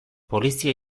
polizia